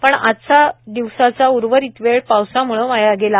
पण आजचा दिवसाच्या उर्वरित वेळ पावसाम्ळं वाया गेला